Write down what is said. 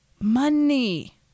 money